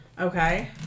Okay